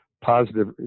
positive